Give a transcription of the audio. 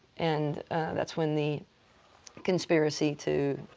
and that's when the conspiracy to